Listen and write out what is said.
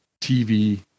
TV